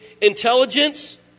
intelligence